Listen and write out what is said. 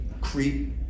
creep